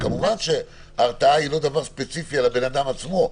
כמובן שההרתעה היא לא דבר ספציפי לבן אדם עצמו,